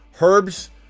Herbs